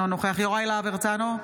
אינו נוכח יוראי להב הרצנו,